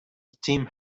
steam